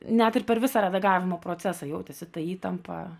net ir per visą redagavimo procesą jautėsi ta įtampa